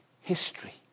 history